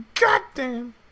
goddamn